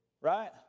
right